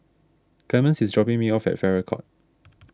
Clemence is dropping me off at Farrer Court